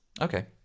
okay